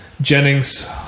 Jennings